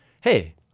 hey